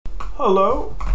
Hello